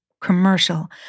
commercial